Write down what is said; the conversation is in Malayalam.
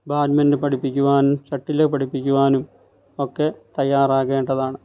ബാഡ്മിന്റൺ പഠിപ്പിക്കുവാനും ഷട്ടില് പഠിപ്പിക്കുവാനും ഒക്കെ തയ്യാറാകേണ്ടതാണ്